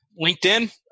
LinkedIn